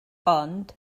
ond